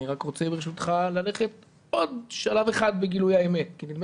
אני רוצה ברשותך ללכת עוד שלב אחד בגילוי האמת כי נדמה